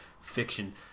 fiction